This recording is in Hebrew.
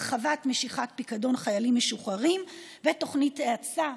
הרחבת משיכת פיקדון חיילים משוחררים ותוכנית האצה,